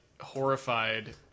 horrified